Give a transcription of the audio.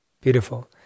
Beautiful